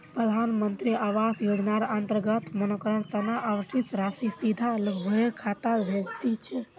प्रधान मंत्री आवास योजनार अंतर्गत मकानेर तना आवंटित राशि सीधा लाभुकेर खातात भेजे दी छेक